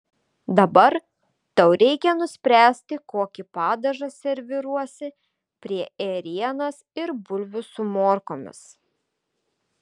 dabar tau reikia nuspręsti kokį padažą serviruosi prie ėrienos ir bulvių su morkomis